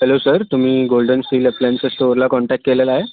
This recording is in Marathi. हॅलो सर तुम्ही गोल्डन स्टील अप्लायन्सेस स्टोअरला कॉन्टॅक केलेला आहे